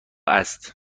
است